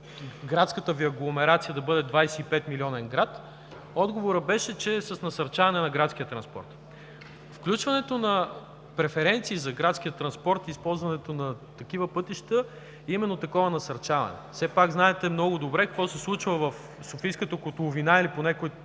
градската Ви агломерация да бъде 25 милионен град? Отговорът беше, че с насърчаване на градския транспорт. Включването на преференции за градския транспорт и използването на такива пътища е именно такова насърчаване. Знаете много добре какво се случва в Софийската котловина или поне, които